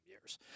years